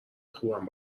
خوبم